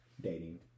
dating